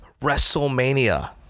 Wrestlemania